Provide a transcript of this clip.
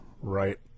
right